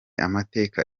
amateka